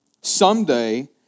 someday